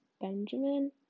Benjamin